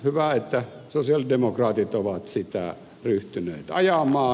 hyvä että sosialidemokraatit ovat sitä ryhtyneet ajamaan